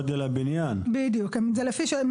כלומר, הם מסתמכים על מה שעורך הבקשה הגיש.